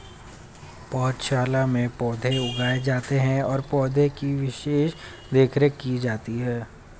पौधशाला में पौधे उगाए जाते हैं और पौधे की विशेष देखरेख की जाती है